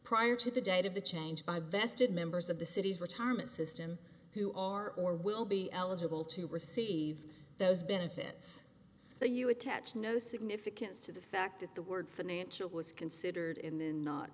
prior to the date of the change by vested members of the city's retirement system who are or will be eligible to receive those benefits are you attach no significance to the fact that the word financial was considered in the not